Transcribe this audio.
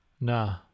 No